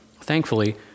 Thankfully